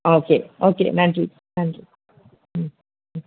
okay okay நன்றி நன்றி ம் ம்